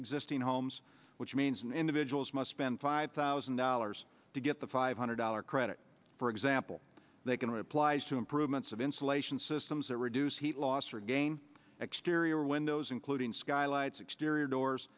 existing homes which means an individuals must spend five thousand dollars to get the five hundred dollars credit for example they can replies to improvements of insulation systems that reduce heat loss or gain exterior windows including skylights exterior doors